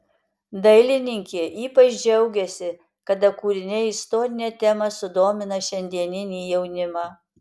dailininkė ypač džiaugiasi kada kūriniai istorine tema sudomina šiandieninį jaunimą